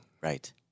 right